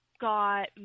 got